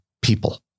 people